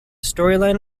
storyline